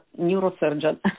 neurosurgeon